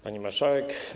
Pani Marszałek!